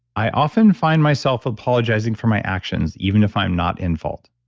i often find myself apologizing for my actions even if i'm not in fault.